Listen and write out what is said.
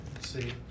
see